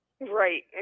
Right